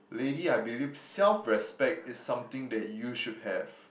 lady I believe self respect is something that you should have